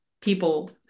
people